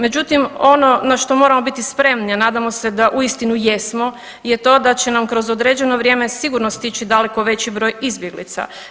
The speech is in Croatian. Međutim, ono na što moramo biti spremni, a nadamo se da uistinu jesmo je to da će nam kroz određeno vrijeme sigurno stići daleko veći broj izbjeglica.